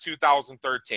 2013